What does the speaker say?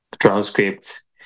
transcripts